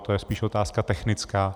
To je spíš otázka technická.